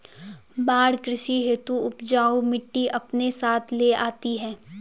बाढ़ कृषि हेतु उपजाऊ मिटटी अपने साथ ले आती है